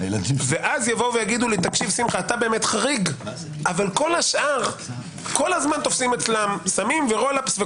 ואז יגידו לי: אתה חריג אבל כל השאר כל הזמן תופסים אצלם סמים ורול אפס.